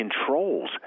controls